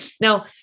Now